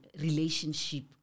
relationship